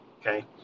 Okay